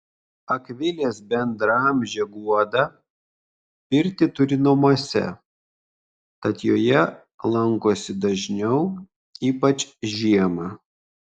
akvilės bendraamžė guoda pirtį turi namuose tad joje lankosi dažniau ypač žiemą